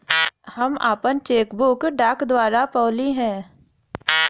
हम आपन cheque book डाक द्वारा पउली है